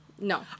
No